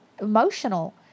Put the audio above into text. emotional